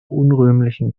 unrühmlichen